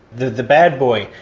the the bad boy.